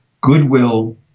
goodwill